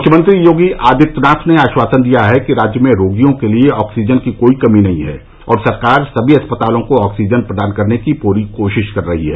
मुख्यमंत्री योगी आदित्यनाथ ने आश्वासन दिया कि राज्य में रोगियों के लिए ऑक्सीजन की कोई कमी नहीं है और सरकार समी अस्पतालों को ऑक्सीजन प्रदान करने की पूरी कोशिश कर रही है